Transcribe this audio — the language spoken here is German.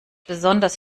besonders